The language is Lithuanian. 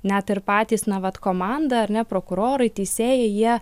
net ir patys na vat komandą ar ne prokurorai teisėjai jie